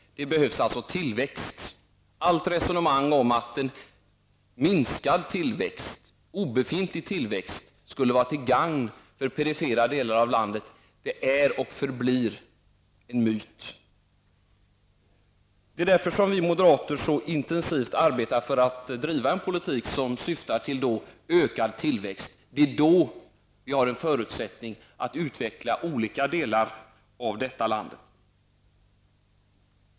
Det behövs tillväxt. Allt resonemang om att en minskad eller obefintlig tillväxt skulle vara till gagn för perifera delar av landet är och förblir en myt. Det är därför vi moderater så intensivt arbetar för att driva en politik som syftar till ökad tillväxt. Det är då vi har förutsättningar för att utveckla olika delar av detta land.